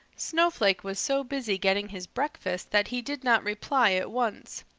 snowflake was so busy getting his breakfast that he did not reply at once.